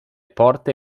porte